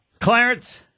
Clarence